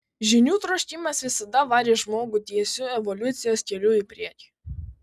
žinių troškimas visada varė žmogų tiesiu evoliucijos keliu į priekį